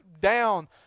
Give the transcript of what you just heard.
down